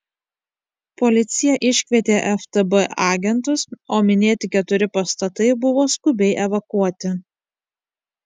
policija iškvietė ftb agentus o minėti keturi pastatai buvo skubiai evakuoti